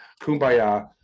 kumbaya